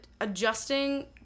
adjusting